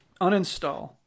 Uninstall